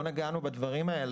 לא נגענו בדברים הללו.